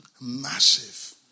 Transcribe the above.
massive